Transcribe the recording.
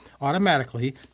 automatically